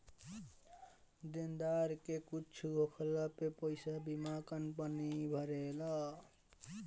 देनदार के कुछु होखला पे पईसा बीमा कंपनी भरेला